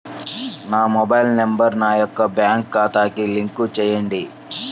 నా mobile number నా యొక్క బ్యాంక్ ఖాతాకి లింక్ చేయండీ?